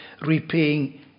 repaying